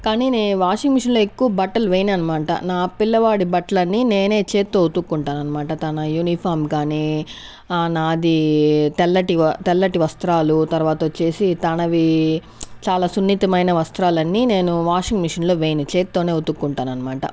కానీ నేను washing machine లో ఎక్కువ బట్టలు వేయను అన్మాట నా పిల్లవాడి బట్లన్నీ నేనే చేత్తో ఉతుకుంటానన్మాట తన యూనిఫామ్ కానీ నాది తెల్లటి వ తెల్లటి వస్త్రాలు తర్వాతొచ్చేసి తనవి చాలా సున్నితమైన వస్త్రాలన్నీ నేను వాషింగ్ మిషన్ లో వేయను చేత్తోనే ఉతుకుంటానన్మాట